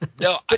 No